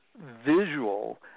visual